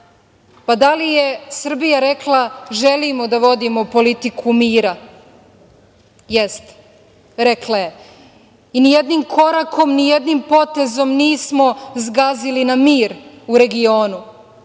Da li je Srbija rekla – želimo da vodimo politiku mira? Jeste, rekla je i nijednim korakom, nijednim potezom nismo zgazili na mir u regionu